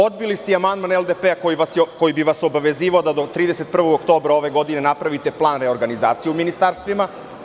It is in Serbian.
Odbili ste i amandman LDP koji bi vas obavezivao da do 31. oktobra ove godine napravite plan reorganizacije u ministarstvima.